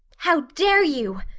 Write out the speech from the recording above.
how dare you!